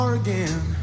again